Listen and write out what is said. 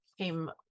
came